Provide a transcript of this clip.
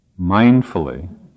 mindfully